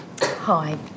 Hi